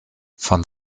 von